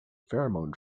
pheromone